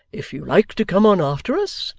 if you like to come on after us,